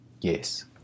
Yes